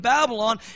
Babylon